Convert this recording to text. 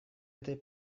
этой